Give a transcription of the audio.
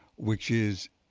which is